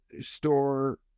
store